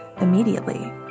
immediately